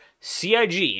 CIG